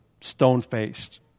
stone-faced